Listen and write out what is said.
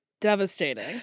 devastating